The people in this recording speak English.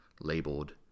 labeled